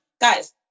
guys